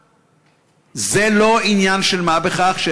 וזה לא עניין של מה בכך,